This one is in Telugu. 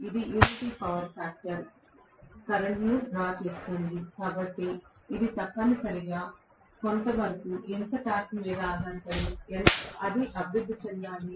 ఇది యూనిటీ పవర్ ఫ్యాక్టర్ కరెంట్ను డ్రా చేస్తుంది కాబట్టి ఇది తప్పనిసరిగా కొంతవరకు ఎంత టార్క్ మీద ఆధారపడి అది అభివృద్ధి చెందాలి